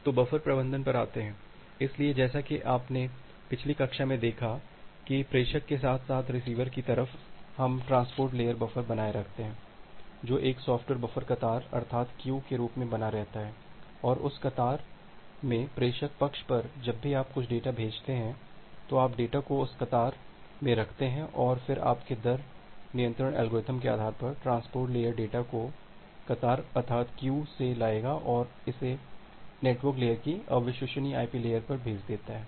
तो बफर प्रबंधन पर आते हैं इसलिए जैसा कि आपने पिछली कक्षा में देखा है कि प्रेषक के साथ साथ रिसीवर की तरफ हम एक ट्रांसपोर्ट लेयर बफ़र बनाए रखते हैं जो एक सॉफ्टवेयर बफ़र कतार अर्थार्त क्यू के रूप में बना रहता है और उस कतार अर्थार्त क्यू में प्रेषक पक्ष पर जब भी आप कुछ डेटा भेजते हैं आप डेटा को उस कतार अर्थार्त क्यू में रखते हैं और फिर आपके दर नियंत्रण एल्गोरिदम के आधार पर ट्रांसपोर्ट लेयर डेटा को कतार अर्थार्त क्यू से लाएगी और इसे नेटवर्क लेयर की अविश्वसनीय IP लेयर पर भेज देगी